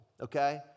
okay